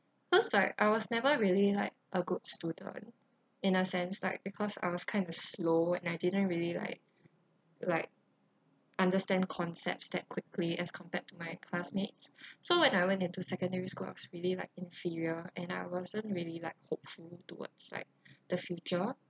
cause like I was never really like a good student in a sense like because I was kind of slow and I didn't really like like understand concepts that quickly as compared to my classmates so when I went into secondary school I was really like inferior and I wasn't really like hopeful towards like the future